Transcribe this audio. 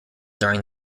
during